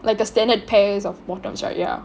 like a standard pairs of bottoms right ya